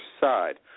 side